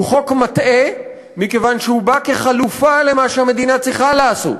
הוא חוק מטעה מכיוון שהוא בא כחלופה למה שהמדינה צריכה לעשות,